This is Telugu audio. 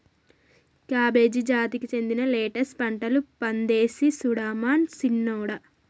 కాబేజి జాతికి సెందిన లెట్టస్ పంటలు పదేసి సుడమను సిన్నోడా